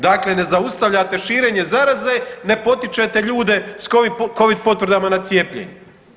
Dakle, ne zaustavljate širenje zaraze, ne potičete ljude s Covid potvrdama na cijepljenje.